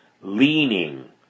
leaning